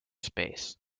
space